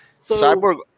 Cyborg